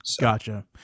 gotcha